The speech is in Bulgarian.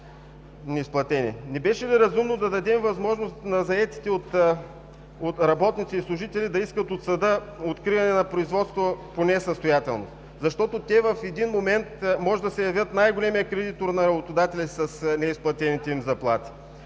Не беше ли разумно да дадем възможност на заетите работници и служители да искат от съда откриване на производство по несъстоятелност, защото в един момент те може да се явят най-големият кредитор на работодателя с неизплатените им заплати.